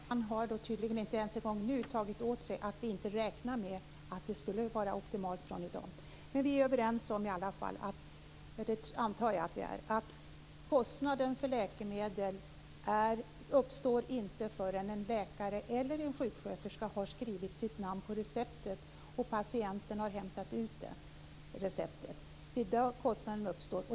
Fru talman! Conny Öhman har tydligen inte ens en gång nu tagit åt sig att vi inte räknar med att det skulle vara optimalt från i dag. Men vi är i alla fall överens om, antar jag, att kostnaden för läkemedel inte uppstår förrän en läkare eller en sjuksköterska har skrivit sitt namn på receptet och patienten har hämtat ut receptet. Det är där kostnaden uppstår.